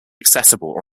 accessible